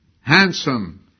Handsome